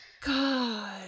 god